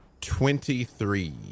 Twenty-three